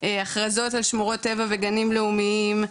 הכרזות על שמורות טבע וגנים לאומיים,